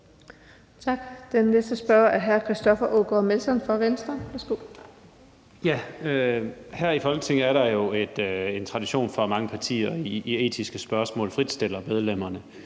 Her i Folketinget er der jo en tradition for, at mange partier i de etiske spørgsmål fritstiller medlemmerne.